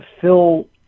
Phil